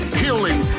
healing